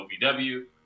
OVW